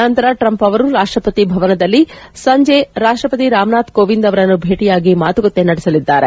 ನಂತರ ಟ್ರಂಪ್ ಅವರು ರಾಷ್ಟಪತಿ ಭವನದಲ್ಲಿ ಸಂಜೆ ರಾಷ್ಟಪತಿ ರಾಮನಾಥ್ ಕೋವಿಂದ್ ಅವರನ್ನು ಭೇಟಿಯಾಗಿ ಮಾತುಕತೆ ನಡೆಸಲಿದ್ದಾರೆ